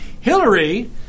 Hillary